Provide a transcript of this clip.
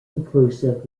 inclusive